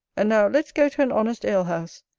and now let's go to an honest ale-house,